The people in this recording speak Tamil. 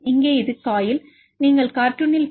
இங்கே இது காயில் நீங்கள் கார்ட்டூனில் பி